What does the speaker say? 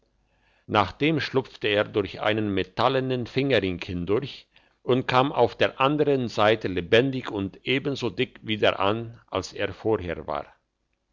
nachdem schlupfte er durch einen metallenen fingerring hindurch und kam auf der andern seite lebendig und ebenso dick wieder an als er vorher war